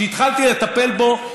כשהתחלתי לטפל בו,